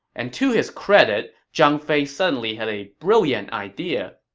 and to his credit, zhang fei suddenly had a brilliant idea.